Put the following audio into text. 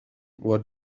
what